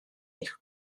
eich